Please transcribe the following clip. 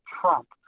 Trump